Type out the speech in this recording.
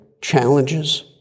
challenges